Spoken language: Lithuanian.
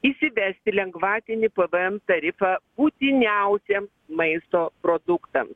įsivesti lengvatinį pvm tarifą būtiniausiem maisto produktam